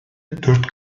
dört